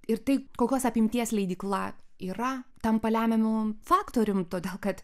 ir tai kokios apimties leidykla yra tampa lemiamu faktorium todėl kad